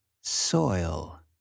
soil